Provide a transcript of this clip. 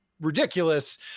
ridiculous